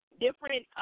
different